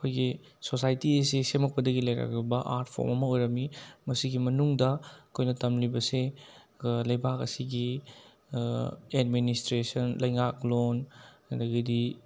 ꯑꯩꯈꯣꯏꯒꯤ ꯁꯣꯁꯥꯏꯇꯤ ꯑꯁꯤ ꯁꯦꯝꯃꯛꯄꯗꯒꯤ ꯂꯩꯔꯛꯂꯕ ꯑꯥꯔꯠꯐꯣꯝ ꯑꯃ ꯑꯣꯏꯔꯝꯃꯤ ꯃꯁꯤꯒꯤ ꯃꯅꯨꯡꯗ ꯑꯩꯈꯣꯏꯅ ꯇꯝꯂꯤꯕꯁꯦ ꯂꯩꯕꯥꯛ ꯑꯁꯤꯒꯤ ꯑꯦꯠꯃꯤꯅꯤꯁꯇ꯭ꯔꯦꯁꯟ ꯂꯩꯉꯥꯛꯂꯣꯟ ꯑꯗꯒꯤꯗꯤ